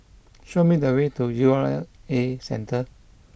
show me the way to U R A Centre